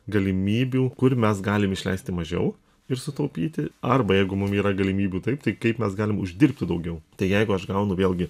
galimybių kur mes galim išleisti mažiau ir sutaupyti arba jeigu mum yra galimybių taip tai kaip mes galim uždirbti daugiau tai jeigu aš gaunu vėlgi